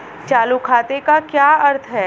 चालू खाते का क्या अर्थ है?